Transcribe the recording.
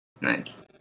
Nice